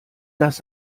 das